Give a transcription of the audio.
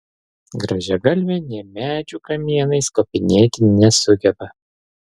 grąžiagalvė nė medžių kamienais kopinėti nesugeba